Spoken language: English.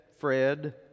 Fred